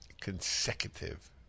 consecutive